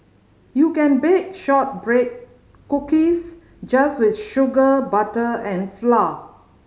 you can bake shortbread cookies just with sugar butter and flour